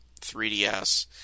3DS